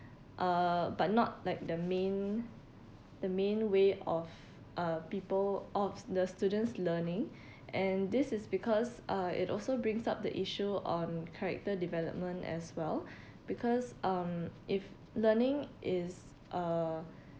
uh but not like the main the main way of uh people of the student's learning and this is because uh it also brings up the issue on character development as well because um if learning is uh